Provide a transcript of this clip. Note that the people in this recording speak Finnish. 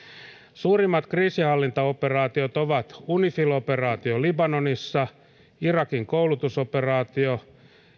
suurimmat kriisinhallintaoperaatiot ovat unifil operaatio libanonissa irakin koulutusoperaatio